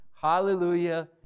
Hallelujah